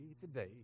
today